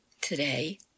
today